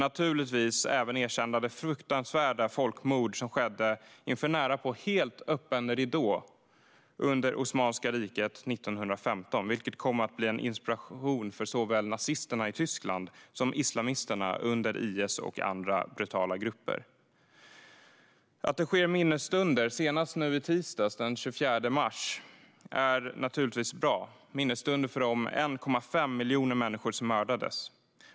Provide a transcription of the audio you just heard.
Naturligtvis ska vi även erkänna det fruktansvärda folkmord som skedde inför närapå helt öppen ridå under Osmanska riket 1915, vilket kom att bli en inspiration för såväl nazisterna i Tyskland som islamisterna under IS och andra brutala grupper. Att det hålls minnesstunder, senast tisdagen den 24 april, för de 1,5 miljoner människor som mördades är naturligtvis bra.